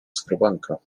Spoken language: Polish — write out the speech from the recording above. skrobanka